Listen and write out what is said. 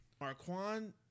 Marquand